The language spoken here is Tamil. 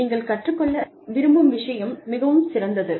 நீங்கள் கற்றுக்கொள்ள விரும்பும் விஷயம் மிகவும் சிறந்தது